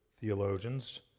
theologians